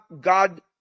God